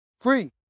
free